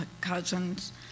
cousins